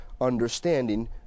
understanding